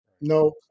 No